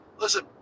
listen